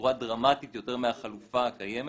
בצורה דרמטית יותר מהחלופה הקיימת.